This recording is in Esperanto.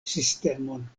sistemon